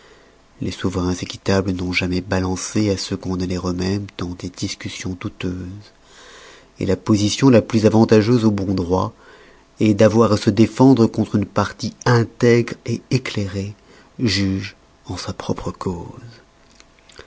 les souverains équitables n'ont jamais balancé à se condamner eux-mêmes dans des discussions douteuses la position la plus avantageuse au bon droit est d'avoir à se défendre contre une partie integre éclairée juge en sa propre cause